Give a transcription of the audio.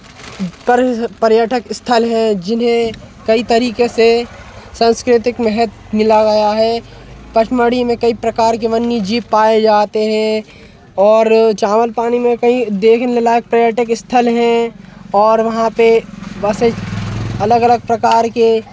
पर पर्यटक स्थल हैं जिन्हें कई तरीक़े से साँस्कृतिक महत्त्व मिला हुआ है पचमढ़ी में कई प्रकार के वन्य जीव पाए जाते हैं और चावलपानी में कई देखने लायक पर्यटक स्थल हैं और वहाँ पे बसे अलग अलग प्रकार के